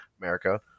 America